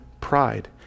pride